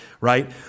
right